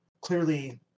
Clearly